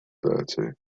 dirty